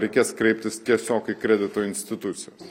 reikės kreiptis tiesiog į kredito institucijas